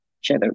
share